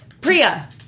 Priya